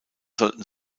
sollten